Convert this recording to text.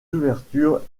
ouvertures